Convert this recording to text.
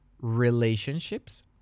relationships